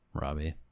Robbie